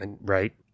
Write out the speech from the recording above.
Right